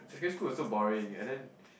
secondary school was so boring and then